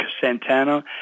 Santana